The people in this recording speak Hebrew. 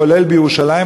כולל בירושלים,